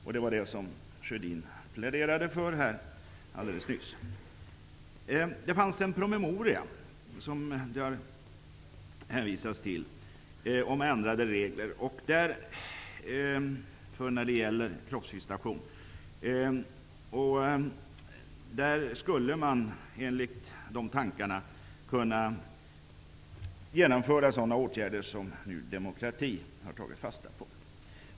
Detta pläderade Karl Gustaf Sjödin för alldeles nyss. I betänkandet hänvisas till en promemoria om ändrade regler för kroppsvisitation. Enligt denna promemoria skulle man kunna vidta sådana åtgärder som Ny demokrati föreslår.